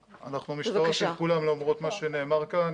אנחנו משטרה של כולם, למרות מה שנאמר כאן.